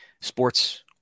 Sports